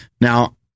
Now